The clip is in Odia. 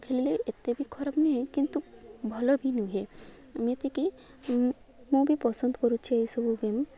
ଖେଲିଲେ ଏତେ ବି ଖରାପ ନୁହେଁ କିନ୍ତୁ ଭଲ ବି ନୁହେଁ ଏମତିକି ମୁଁ ବି ପସନ୍ଦ କରୁଛି ଏଇସବୁ ଗେମ୍